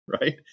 right